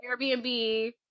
Airbnb